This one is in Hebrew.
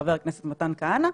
חבר הכנסת מתן כהנא?